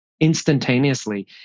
instantaneously